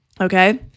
Okay